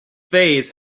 phase